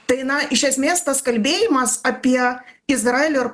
tai na iš esmės tas kalbėjimas apie izraelio ir